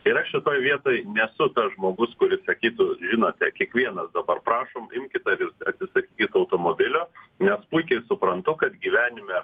ir aš šitoj vietoj nesu tas žmogus kuris sakytų žinote kiekvienas dabar prašom imkite atsisakykit automobilio nes puikiai suprantu kad gyvenime